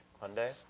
Monday